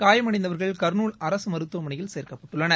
காயமடைந்தவர்கள் கர்நூல் அரசு மருத்துவமணையில் சேர்க்கப்பட்டுள்ளனர்